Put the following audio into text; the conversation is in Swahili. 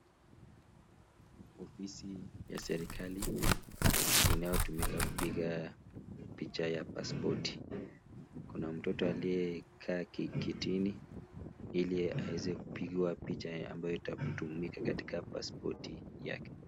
Ofisi ya serikali, inayotumika kupiga picha ya paspoti. Kuna mtoto aliyekaa kitini, ili aeze kupigwa picha ambayo itatumika katika paspoti yake.